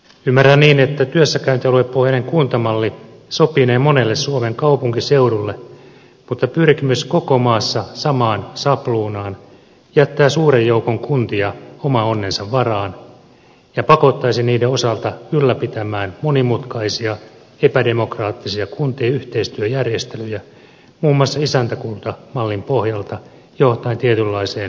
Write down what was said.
ymmärrän niin että työssäkäyntialuepohjainen kuntamalli sopinee monelle suomen kaupunkiseudulle mutta pyrkimys koko maassa samaan sabluunaan jättää suuren joukon kuntia oman onnensa varaan ja pakottaisi niiden osalta ylläpitämään monimutkaisia epädemokraattisia kuntien yhteistyöjärjestelyjä muun muassa isäntäkuntamallin pohjalta johtaen tietynlaiseen orjakuntamalliin